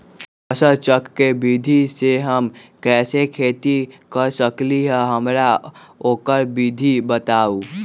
फसल चक्र के विधि से हम कैसे खेती कर सकलि ह हमरा ओकर विधि बताउ?